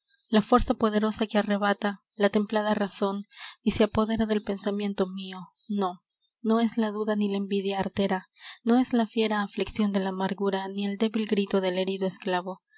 la fuerza poderosa que arrebata la templada razon y se apodera del pensamiento mio nó no es la duda ni la envidia artera no es la fiera afliccion de la amargura ni el débil grito del herido esclavo